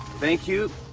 thank you,